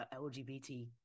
LGBT